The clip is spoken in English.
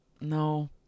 no